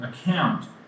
account